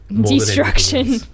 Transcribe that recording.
destruction